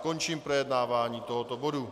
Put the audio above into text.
Končím projednávání tohoto bodu.